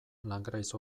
langraiz